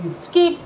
skip